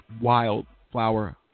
wildflower